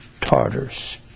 Tartars